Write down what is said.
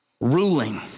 ruling